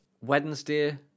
Wednesday